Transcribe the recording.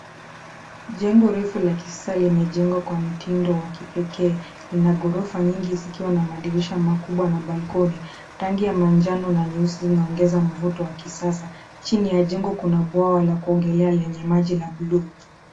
Jengo refu la kisasa limejengwa kwa mtindo wa kipekee, lina ghorofa nyingi zikiwa na madirisha makubwa na balkoni. Rangi ya manjano na nyeusi zinaongeza mvuto wa kisasa. Chini ya jengo kuna bwawa la kuogelea lenye maji la buluu.